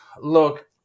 Look